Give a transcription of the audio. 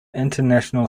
international